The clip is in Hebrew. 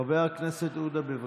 חבר הכנסת עודה, בבקשה.